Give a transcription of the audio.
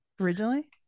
originally